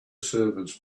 servants